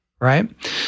right